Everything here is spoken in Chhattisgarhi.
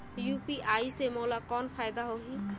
यू.पी.आई से मोला कौन फायदा होही?